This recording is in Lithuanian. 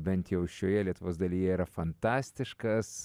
bent jau šioje lietuvos dalyje yra fantastiškas